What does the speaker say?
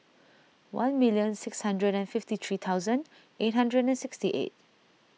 one million six hundred and fifty three thousand eight hundred and sixty eight